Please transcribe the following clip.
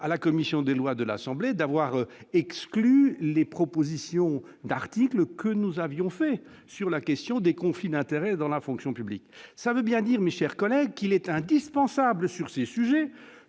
à la commission des lois de l'Assemblée, d'avoir exclu les propositions d'articles que nous avions fait sur la question des conflits d'intérêt dans la fonction publique, ça veut bien dire Michel reconnaît qu'il est indispensable sur ces sujets